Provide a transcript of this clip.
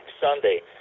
Sunday